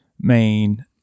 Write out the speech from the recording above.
main